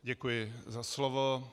Děkuji za slovo.